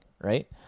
right